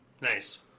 Nice